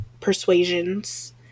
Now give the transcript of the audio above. persuasions